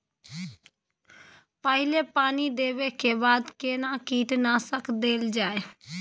पहिले पानी देबै के बाद केना कीटनासक देल जाय?